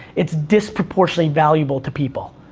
it's disproportionally valuable to people.